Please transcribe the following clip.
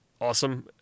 awesome